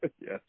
Yes